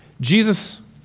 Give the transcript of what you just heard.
Jesus